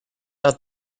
out